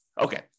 Okay